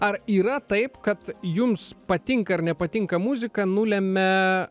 ar yra taip kad jums patinka ar nepatinka muzika nulemia